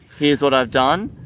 here's what i've done.